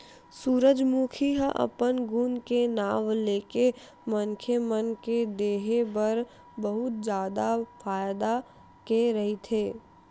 सूरजमूखी ह अपन गुन के नांव लेके मनखे मन के देहे बर बहुत जादा फायदा के रहिथे